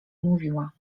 mówiła